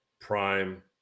prime